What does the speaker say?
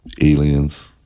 Aliens